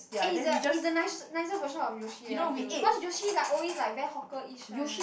eh it's the it's the nic~ nicer version of Yoshi eh I feel cause Yoshi like always like very hawkerish one eh